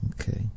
Okay